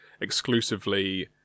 exclusively